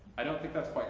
i don't think that's